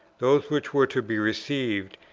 those which were to be received,